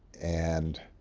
and